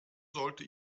sollte